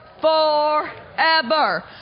forever